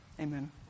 Amen